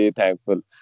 thankful